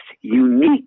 unique